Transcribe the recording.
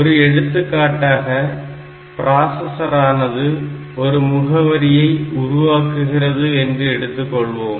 ஒரு எடுத்துக்காட்டாக பிராசஸரானது ஒரு முகவரியை உருவாக்குகிறது என்று எடுத்துக் கொள்வோம்